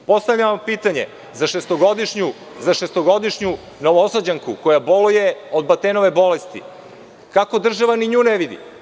Postavljam vam pitanje za šestogodišnju Novosađanku koja boluje od Batenove bolesti – kako država ni nju ne vidi?